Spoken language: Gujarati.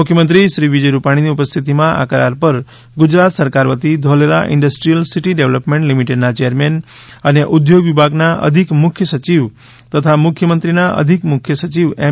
મુખ્યમંત્રીશ્રી વિજય રૂપાણીની ઉપસ્થિતિમાં આ કરાર પર ગુજરાત સરકાર વતી ધોલેરા ઈન્ડસ્ટ્રીયલ સિટી ડેવલપમેન્ટ લિમિટેડના ચેરમેન અને ઉદ્યોગ વિભાગના અધિક મુખ્ય સચિવ તથા મુખ્યમંત્રીના અધિક મુખ્ય સચિવ એમ